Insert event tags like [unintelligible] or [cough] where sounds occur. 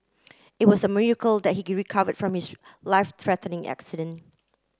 it was a miracle that he [unintelligible] recovered from his life threatening accident